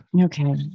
Okay